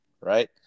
Right